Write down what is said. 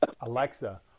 Alexa